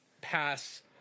pass